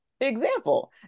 example